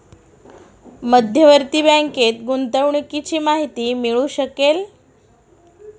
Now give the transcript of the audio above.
मध्यवर्ती बँकेत गुंतवणुकीची माहिती मिळू शकेल